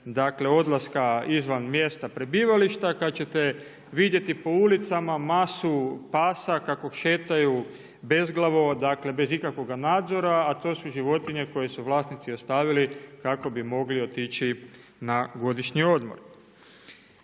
dakle odlaska izvan mjesta prebivališta, kad ćete vidjeti po ulicama masu pasa kako šetaju bezglavo, dakle bez ikakvog nadzora, a to su životinje koje su vlasnici ostavili kako bi mogli otići na godišnji odmor.